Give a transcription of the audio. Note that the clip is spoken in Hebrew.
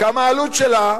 כמה העלות שלה,